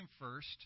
first